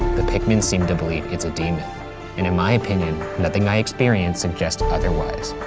the pickmans seemed to believe it's a demon. and in my opinion, nothing i experienced suggested otherwise.